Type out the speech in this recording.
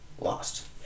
lost